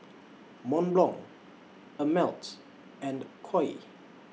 Mont Blanc Ameltz and Koi